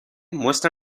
muestra